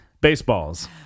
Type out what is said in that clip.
Baseballs